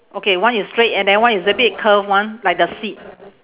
okay one is straight and then one is a bit curve one like the seat